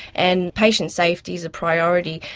and patient safety is a priority,